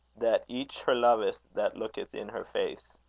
that each her loveth that looketh in her face.